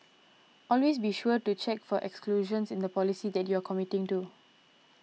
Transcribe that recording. always be sure to check for exclusions in the policy that you are committing to